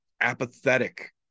apathetic